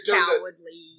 cowardly